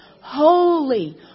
holy